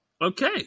Okay